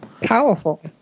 Powerful